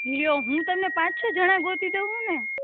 લ્યો હું તમને પાંચ છ જણા ગોતી દઉં છું ને